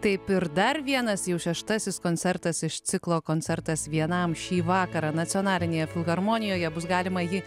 taip ir dar vienas jau šeštasis koncertas iš ciklo koncertas vienam šį vakarą nacionalinėje filharmonijoje bus galima jį